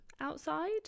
outside